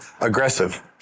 aggressive